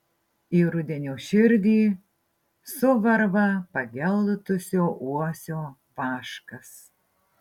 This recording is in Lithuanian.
į rudenio širdį suvarva pageltusio uosio vaškas